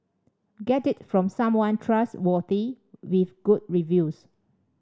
get it from someone trustworthy with good reviews